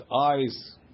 eyes